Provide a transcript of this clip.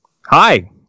Hi